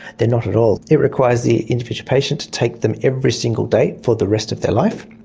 they are not at all. it requires the individual patient to take them every single day for the rest of their life.